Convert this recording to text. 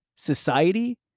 Society